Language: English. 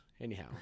anyhow